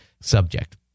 subject